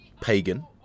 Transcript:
pagan